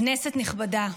כנסת נכבדה,